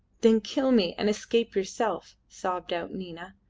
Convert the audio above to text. then kill me and escape yourself, sobbed out nina.